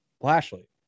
Lashley